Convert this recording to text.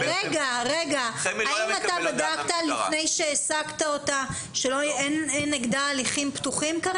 האם בדקת לפני שהעסקת אותה שאין נגדה הליכים פתוחים?